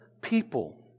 people